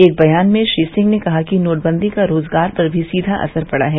एक बयान में श्री सिंह ने कहा कि नोटबंदी का रोजगार पर भी सीधा असर पड़ा है